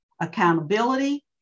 accountability